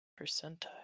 Percentile